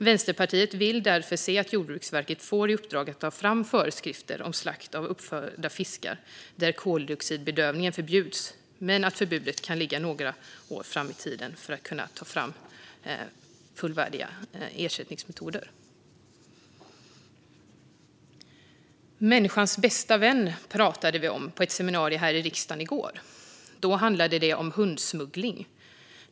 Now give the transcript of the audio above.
Vänsterpartiet vill därför se att Jordbruksverket får i uppdrag att ta fram föreskrifter om slakt av uppfödda fiskar där koldioxidbedövning förbjuds. Förbudet kan dock ligga några år fram i tiden för att man ska kunna ta fram fullvärdiga ersättningsmetoder. Människans bästa vän pratade vi om på ett seminarium här i riksdagen i går. Då handlade det om hundsmuggling.